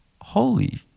holy